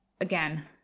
again